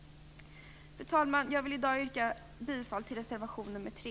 Fru talman! Jag yrkar bifall till reservation nr 3.